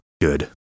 Good